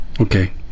Okay